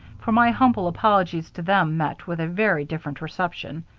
for my humble apologies to them met with a very different reception.